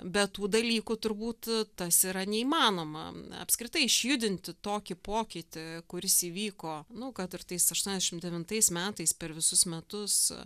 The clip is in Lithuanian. bet tų dalykų turbūt tas yra neįmanoma apskritai išjudinti tokį pokytį kuris įvyko nu kad ir tais aštuoniasdešim devintais metais per visus metus